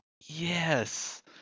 Yes